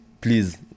Please